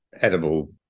edible